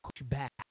back